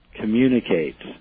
communicates